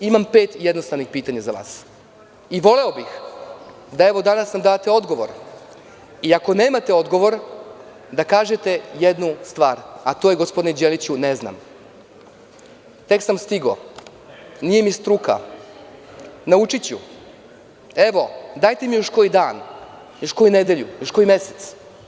Imam pet jednostavnih pitanja za vas i voleo bih da nam danas date odgovor i ako nemate odgovor da kažete jednu stvar, a to je – gospodine Đeliću, ne znam, tek sam stigao, nije mi struka, naučiću, dajte mi još koji dan, još koju nedelju, još koji mesec.